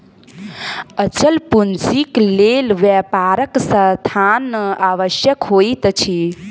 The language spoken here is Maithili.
अचल पूंजीक लेल व्यापारक स्थान आवश्यक होइत अछि